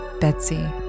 Betsy